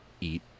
eat